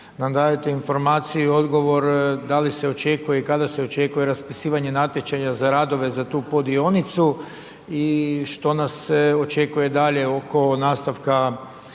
da nam dajete informaciju i odgovor da li se očekuje i kada se očekuje raspisivanje natječaja za radove za tu poddionicu i što nas sve očekuje dalje oko nastavka